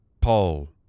Paul